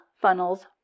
funnels